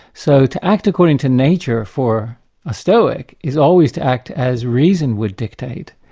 so to act according to nature for a stoic is always to act as reason would dictate,